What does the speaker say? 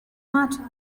matter